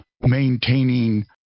maintaining